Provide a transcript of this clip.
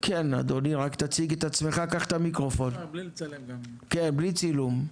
אדוני רק תציג את עצמך, כן בלי צילום.